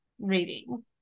Reading